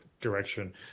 direction